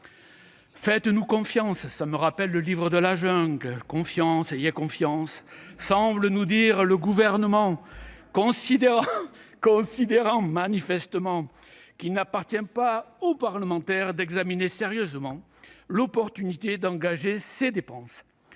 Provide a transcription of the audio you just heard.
Faites-nous confiance »- cela me rappelle la chanson du, « Confiance, aie confiance ... »-semble nous dire le Gouvernement, considérant manifestement qu'il n'appartient pas aux parlementaires d'examiner sérieusement l'opportunité d'engager ces dépenses.